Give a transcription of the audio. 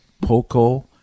Poco